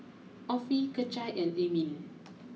Offie Kecia and Emile